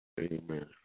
Amen